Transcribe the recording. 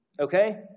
Okay